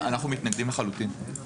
אנחנו מתנגדים לחלוטין.